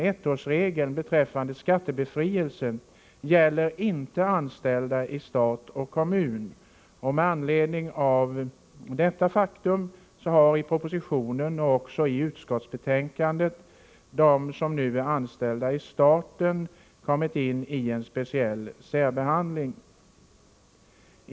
Ettårsregeln beträffande skattebefrielse gäller inte anställda i stat och kommun. Med anledning av detta faktum har i propositionen och också i utskottsbetänkandet de som nu är anställda i staten blivit föremål för särbehandling.